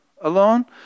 alone